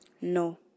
No